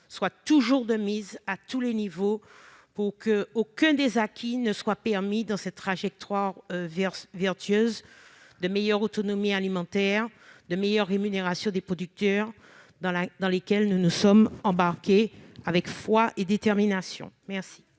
soit toujours de mise, à tous les échelons, pour qu'aucun acquis ne soit perdu dans cette trajectoire vertueuse vers l'autonomie alimentaire et vers la meilleure rémunération des producteurs, sur laquelle nous nous sommes embarqués avec foi et détermination.